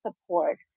support